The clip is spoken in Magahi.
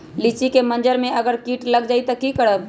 लिचि क मजर म अगर किट लग जाई त की करब?